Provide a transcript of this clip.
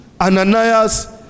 Ananias